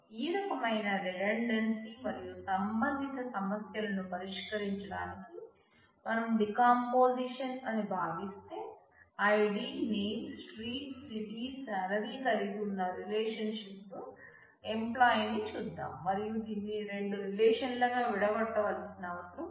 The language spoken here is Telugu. ఈ రకమైన రిడండాన్సీ మరియు సంబంధిత సమస్యలను పరిష్కరించడానికి మనం డీకంపోజిషన్ అని భావిస్తే ID name street city salary కలిగి ఉన్న రిలేషన్షిప్ ఎంప్లాయి ని చూద్దాం మరియు దీనిని రెండు రిలేషన్లుగా విడగొట్టవలసిన అవసరం ఉంది